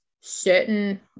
certain